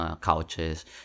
couches